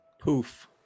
Poof